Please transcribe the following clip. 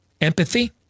Empathy